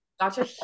gotcha